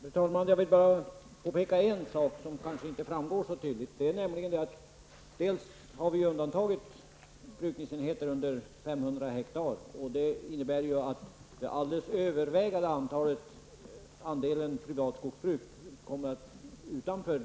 Fru talman! Jag vill bara påpeka en sak som kanske inte framgått så tydligt. Vi har för det första i vårt förslag undantagit brukningsenheter under 500 ha, och det innebär att den alldeles övervägande andelen av privatskogsbruken inte berörs.